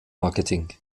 marketing